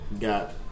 got